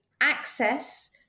access